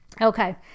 okay